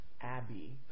Abby